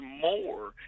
more